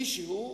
מישהו,